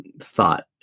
thought